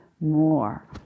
more